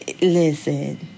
listen